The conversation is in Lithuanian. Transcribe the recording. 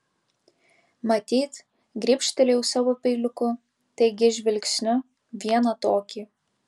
matyt gribštelėjau savo peiliuku taigi žvilgsniu vieną tokį